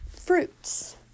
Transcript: fruits